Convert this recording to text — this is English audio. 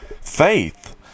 faith